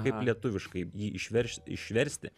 kaip lietuviškai jį išveršt išversti